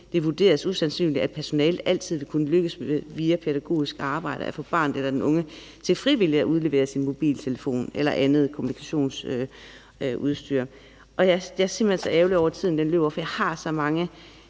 det vurderes usandsynligt, at personalet altid vil kunne lykkes via pædagogisk arbejde at få barnet eller den unge til frivilligt at udlevere sin mobiltelefon eller andet kommunikationsudstyr. Jeg er simpelt hen så ærgerlig over, at tiden løber, for jeg har så mange